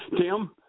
tim